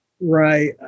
Right